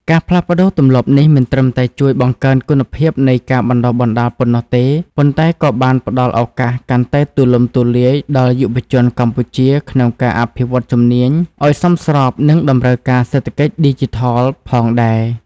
ការផ្លាស់ប្តូរទម្លាប់នេះមិនត្រឹមតែជួយបង្កើនគុណភាពនៃការបណ្តុះបណ្តាលប៉ុណ្ណោះទេ ប៉ុន្តែក៏បានផ្តល់ឱកាសកាន់តែទូលំទូលាយដល់យុវជនកម្ពុជាក្នុងការអភិវឌ្ឍជំនាញឱ្យសមស្របនឹងតម្រូវការសេដ្ឋកិច្ចឌីជីថលផងដែរ។